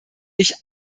ich